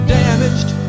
damaged